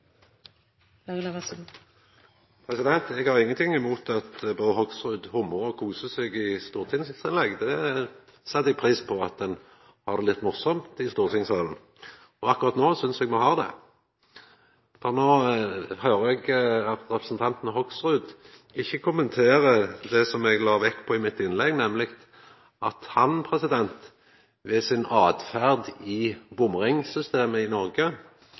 Eg har ingenting imot at representanten Hoksrud humrar og kosar seg. Eg set pris på at ein har det litt morosamt i stortingssalen, og akkurat no synest eg me har det. For no høyrer eg at representanten Hoksrud ikkje kommenterer det eg la vekt på i mitt innlegg, nemleg at han med si åtferd i bomringsystemet i Noreg